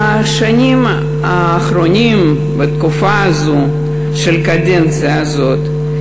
בשנים האחרונות, בתקופה של הקדנציה הזאת,